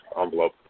envelope